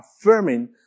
affirming